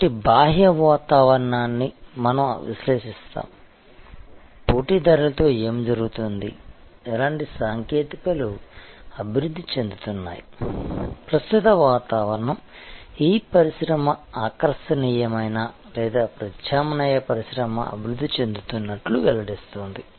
కాబట్టి బాహ్య వాతావరణాన్ని మనం విశ్లేషిస్తాము పోటీదారులతో ఏమి జరుగుతోంది ఎలాంటి సాంకేతికతలు అభివృద్ధి చెందుతున్నాయి ప్రస్తుత వాతావరణం ఈ పరిశ్రమ ఆకర్షణీయమైన లేదా ప్రత్యామ్నాయ పరిశ్రమ అభివృద్ధి చెందుతున్నట్లు వెల్లడిస్తుంది